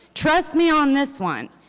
trust me on this one,